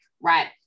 right